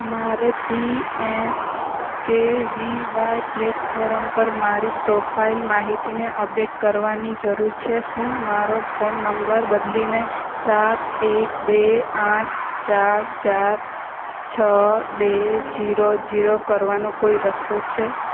મારે PMKVY platform પર મારી પ્રોફાઈલ માહિતીને અપડેટ કરવાની જરૂર છે શું મારો ફોન નંબર બદલીને સાત એક બે આઠ ચાર ચાર છ બે જીરો જીરો કરવાનો કોઈ રસ્તો છે